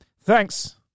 Thanks